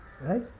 Right